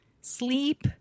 Sleep